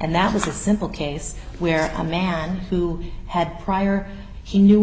and that was a simple case where a man who had prior he knew a